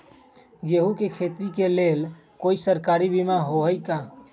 गेंहू के खेती के लेल कोइ सरकारी बीमा होईअ का?